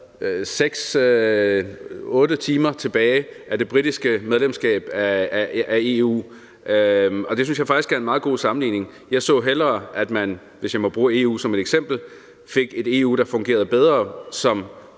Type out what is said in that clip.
8 timer tilbage af det britiske medlemskab af EU, og det synes jeg faktisk er en meget god sammenligning. Jeg så hellere, at man – hvis jeg må bruge EU som et eksempel – fik et EU, der fungerede bedre, og